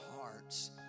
hearts